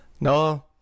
No